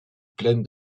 plaine